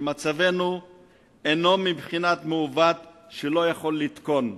שמצבנו אינו בבחינת מעוות שלא יוכל לתקון.